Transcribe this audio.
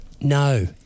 no